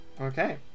Okay